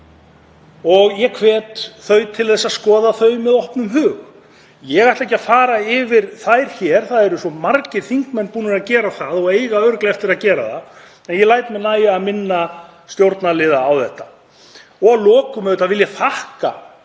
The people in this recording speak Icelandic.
og ég hvet þau til að skoða þær með opnum hug. Ég ætla ekki að fara yfir þær hér, það eru svo margir þingmenn búnir að gera og eiga örugglega eftir að gera. Ég læt mér nægja að minna stjórnarliða á þetta. Að lokum vil ég þakka